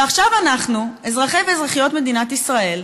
ועכשיו אנחנו, אזרחי ואזרחיות מדינת ישראל,